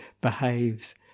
behaves